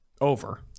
Over